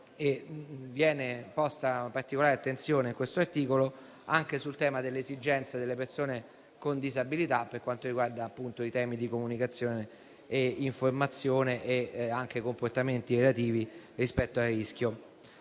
Viene posta particolare attenzione da questo articolo sul tema delle esigenze delle persone con disabilità per quanto riguarda la comunicazione e l'informazione anche di comportamenti relativi rispetto al rischio.